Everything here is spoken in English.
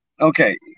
Okay